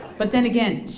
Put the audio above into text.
but then again, shhh,